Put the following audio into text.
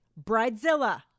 bridezilla